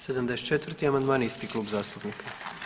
74. amandman isti klub zastupnika.